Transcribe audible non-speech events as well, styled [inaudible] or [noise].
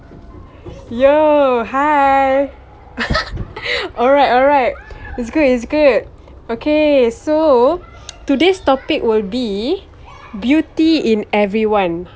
yo hi [laughs] alright alright it's good it's good okay so today's topic will be beauty in everyone